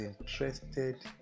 interested